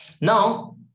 Now